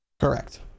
Correct